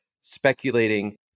speculating